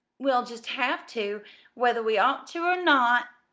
we'll just have to whether we ought to or not!